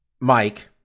Mike